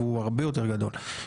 והוא הרבה יותר גדול.